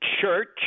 church